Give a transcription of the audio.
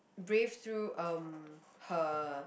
braved through um her